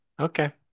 Okay